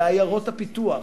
בעיירות הפיתוח,